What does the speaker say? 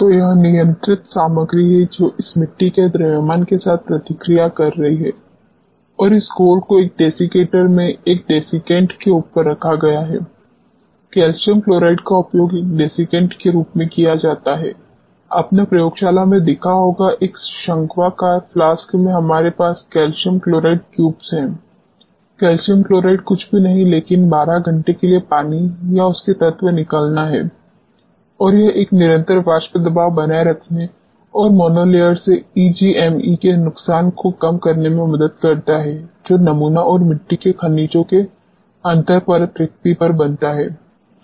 तो यह नियंत्रित सामग्री है जो इस मिट्टी के द्रव्यमान के साथ प्रतिक्रिया कर रही है और इस घोल को एक डेसीकेटर में एक डेसीकेंट के ऊपर रखा गया है कैल्शियम क्लोराइड का उपयोग एक डेसीकेंट के रूप में किया जाता है आपने प्रयोगशाला में देखा होगा एक शंक्वाकार फ्लास्क में हमारे पास कैल्शियम क्लोराइड क्यूब्स है कैल्शियम क्लोराइड कुछ भी नहीं है लेकिन 12 घंटे के लिए पानी या उसके तत्व निकलना है और यह एक निरंतर वाष्प दबाव बनाए रखने और मोनोलेयर से ईजीएमई के नुकसान को कम करने में मदद करता है जो नमूना और मिट्टी के खनिजों के अंतर परत रिक्ति पर बनता है